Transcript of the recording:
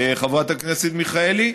חברת הכנסת מיכאלי,